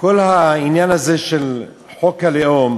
כל העניין הזה של חוק הלאום,